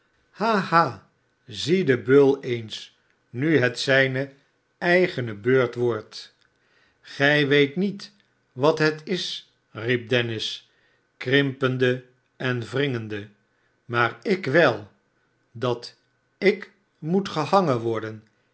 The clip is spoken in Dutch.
zie den beul eens nu het zijne eigene beurt wordt gij weet niet wat het is riep dennis krimpende en wringender smaar lk wel dat lk moet gehangen worden